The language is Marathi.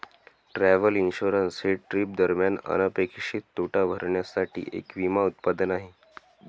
ट्रॅव्हल इन्शुरन्स हे ट्रिप दरम्यान अनपेक्षित तोटा भरण्यासाठी एक विमा उत्पादन आहे